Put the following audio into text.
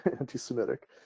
anti-semitic